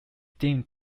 deemed